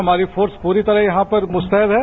हमारी फोर्स पूरी तरह यहां पर मुस्तैद है